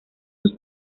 sus